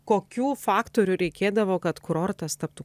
kokių faktorių reikėdavo kad kurortas taptų